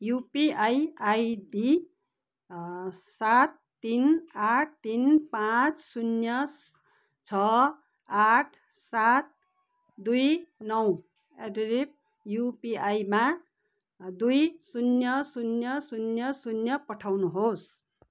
UPI ID सात तिन आठ तिन पाँच शून्य छ आठ सात दुई नौ एट द रेट युपिआईमा दुई शून्य शून्य शून्य शून्य पठाउनुहोस्